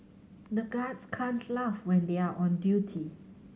the guards can't laugh when they are on duty